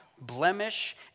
blemish